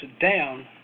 down